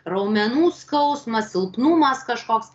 raumenų skausmas silpnumas kažkoks